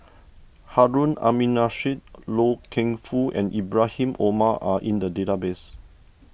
Harun Aminurrashid Loy Keng Foo and Ibrahim Omar are in the database